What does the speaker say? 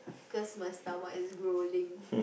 cause my stomach is growling